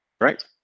Right